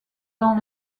dans